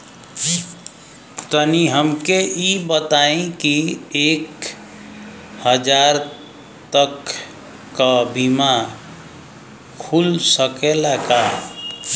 तनि हमके इ बताईं की एक हजार तक क बीमा खुल सकेला का?